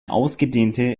ausgedehnte